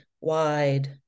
wide